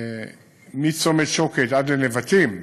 מצומת שוקת עד לנבטים,